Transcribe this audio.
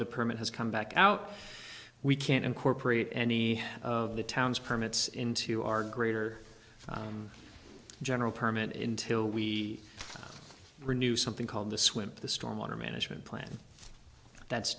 the permit has come back out we can't incorporate any of the town's permits into our greater general permit intil we renew something called the swim the storm water management plan that's